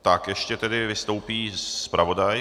Tak ještě tedy vystoupí zpravodaj.